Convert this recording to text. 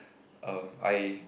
um I